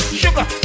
sugar